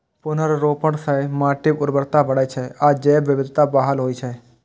पुनर्वनरोपण सं माटिक उर्वरता बढ़ै छै आ जैव विविधता बहाल होइ छै